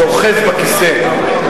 שאוחז בכיסא.